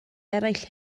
eraill